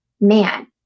man